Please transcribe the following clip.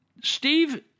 Steve